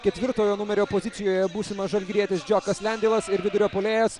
ketvirtojo numerio pozicijoje būsimas žalgirietis džiokas lendeilas ir vidurio puolėjas